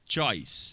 Choice